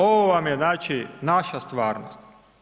Ovo vam je znači naša stvarnost.